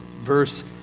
Verse